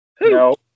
No